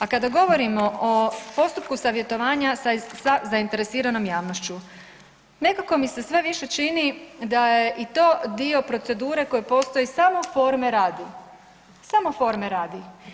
A kada govorimo o postupku savjetovanja sa zainteresiranom javnošću, nekako mi se sve više čini da je i to dio procedure koji postoji samo forme radi, samo forme radi.